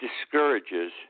discourages